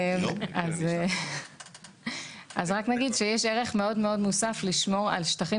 רק אגיד שיש ערך מוסף גדול מאוד לשמור על שטחים